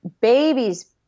babies